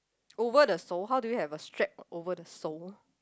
over the sole how do you have a strap over the sole